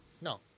No